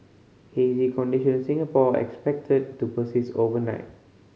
hazy condition in Singapore expected to persist overnight